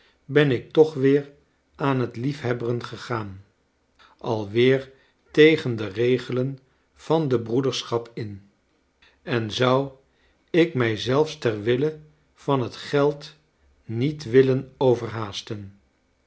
ben ik toch weev aan het liefhebberen gegaan alweer tegen de regelen van de broederschap in en zou ik mij zelfs ter wille van het geld niet willen